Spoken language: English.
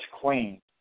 queen